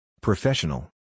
Professional